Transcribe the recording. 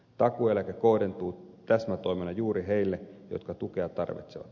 takuueläke kohdentuu täsmätoimena juuri niille jotka tukea tarvitsevat